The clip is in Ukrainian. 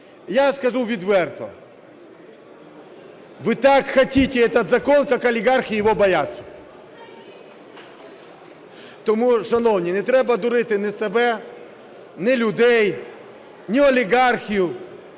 Я скажу відверто, вы так хотите этот закон, как олигархи его боятся. Тому, шановні, не треба дурити ні себе, ні людей, ні олігархів,